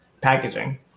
packaging